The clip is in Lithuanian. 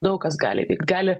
daug kas gali įvykt gali